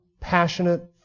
passionate